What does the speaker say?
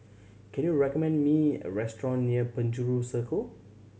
can you recommend me a restaurant near Penjuru Circle